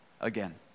again